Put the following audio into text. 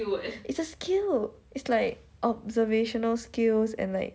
it's a skill it's like observational skills and like